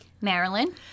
Marilyn